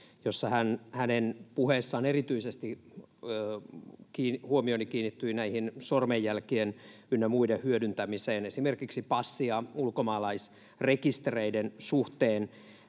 ja hänen puheessaan erityisesti huomioni kiinnittyi näihin sormenjälkien ynnä muiden hyödyntämiseen esimerkiksi passi- ja ulkomaalaisrekistereiden suhteen.